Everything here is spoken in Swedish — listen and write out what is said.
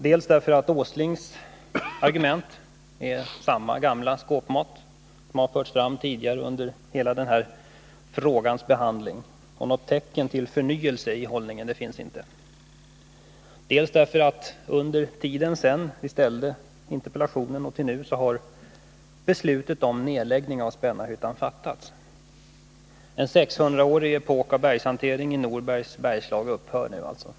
Dels är industriminister Åslings argument samma gamla skåpmat som har förts fram tidigare under den här frågans behandling — något tecken till förnyelse i hållningen finns inte —, dels har under den tid som har gått sedan jag framställde interpellationen beslutet om nedläggning av Spännarhyttan fattats. En 600-årig epok av bergshantering i Norbergs bergslag upphör alltså nu.